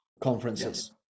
conferences